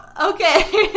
Okay